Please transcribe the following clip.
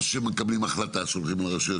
או שמקבלים החלטה שהולכים על הרשויות.